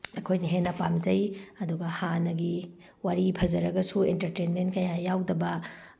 ꯑꯩꯈꯣꯏꯅ ꯍꯦꯟꯅ ꯄꯥꯝꯖꯩ ꯑꯗꯨꯒ ꯍꯥꯟꯅꯒꯤ ꯋꯥꯔꯤ ꯐꯖꯔꯒꯁꯨ ꯑꯦꯟꯇꯔꯇꯦꯟꯃꯦꯟ ꯀꯌꯥ ꯌꯥꯎꯗꯕ